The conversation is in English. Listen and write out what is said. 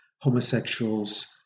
homosexuals